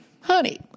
Honey